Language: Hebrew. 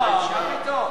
לא, מה פתאום?